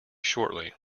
shortly